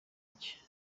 iki